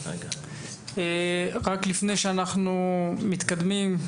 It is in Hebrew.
לפני שאנחנו מתקדמים,